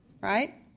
right